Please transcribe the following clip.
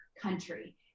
country